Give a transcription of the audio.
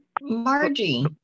Margie